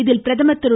இதில் பிரதமர் திரு